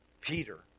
Peter